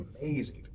amazing